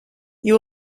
you